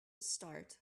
start